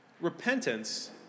Repentance